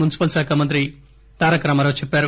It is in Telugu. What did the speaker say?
మున్సిపల్ శాఖ మంత్రి తారకరామారావు చెప్పారు